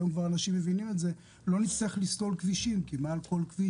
והיום אנשים כבר מבינים את זה לא נצטרך לסלול כבישים כי מעל כל כביש